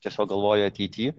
tiesiog galvoju ateity